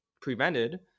prevented